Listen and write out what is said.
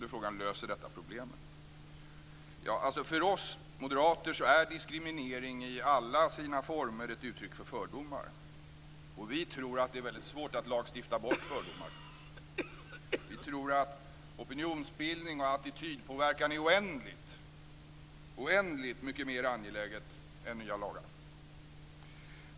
Då är frågan: Löser detta problemen? För oss moderater är diskriminering i alla former ett uttryck för fördomar. Och vi tror att det är väldigt svårt att lagstifta bort fördomar. Vi tror att opinionsbildning och attitydpåverkan är oändligt mycket mer angeläget än nya lagar.